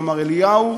כלומר אליהו,